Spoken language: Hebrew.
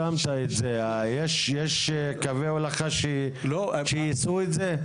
יש קווי הולכה שיישאו את זה?